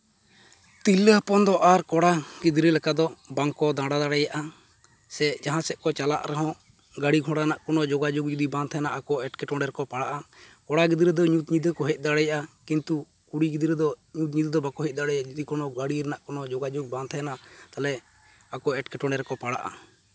ᱛᱤᱨᱞᱟᱹ ᱦᱚᱯᱚᱱ ᱫᱚ ᱟᱨ ᱠᱚᱲᱟ ᱜᱤᱫᱽᱨᱟᱹ ᱞᱮᱠᱟ ᱫᱚ ᱵᱟᱝᱠᱚ ᱫᱟᱬᱟ ᱫᱟᱲᱮᱭᱟᱜᱼᱟ ᱥᱮ ᱡᱟᱦᱟᱸᱥᱮᱫ ᱠᱚ ᱪᱟᱞᱟᱜ ᱨᱮᱦᱚᱸ ᱜᱟᱹᱲᱤ ᱜᱷᱚᱲᱟ ᱨᱮᱱᱟᱜ ᱡᱳᱜᱟᱡᱳᱜᱽ ᱡᱩᱫᱤ ᱵᱟᱝ ᱛᱟᱦᱮᱱᱟ ᱟᱠᱚ ᱮᱴᱠᱮᱴᱚᱬᱮ ᱨᱮᱠᱚ ᱯᱟᱲᱟᱜᱼᱟ ᱠᱚᱲᱟ ᱜᱤᱫᱽᱨᱟᱹ ᱫᱚ ᱧᱩᱛ ᱧᱤᱫᱟᱹ ᱠᱚ ᱦᱮᱡ ᱫᱟᱲᱮᱭᱟᱜᱼᱟ ᱠᱤᱱᱛᱩ ᱠᱩᱲᱤ ᱜᱤᱫᱽᱨᱟᱹ ᱫᱚ ᱧᱩᱛ ᱧᱤᱫᱟᱹ ᱫᱚ ᱵᱟᱠᱚ ᱦᱮᱡ ᱫᱟᱲᱮᱭᱟᱜᱼᱟ ᱡᱩᱫᱤ ᱠᱚᱱᱚ ᱜᱟᱹᱲᱤ ᱨᱮᱱᱟᱜ ᱠᱚᱱᱚ ᱡᱳᱜᱟᱡᱳᱜᱽ ᱵᱟᱝ ᱛᱟᱦᱮᱱᱟ ᱛᱟᱦᱞᱮ ᱟᱠᱚ ᱮᱴᱠᱮᱴᱚᱬᱮ ᱨᱮᱠᱚ ᱯᱟᱲᱟᱜᱼᱟ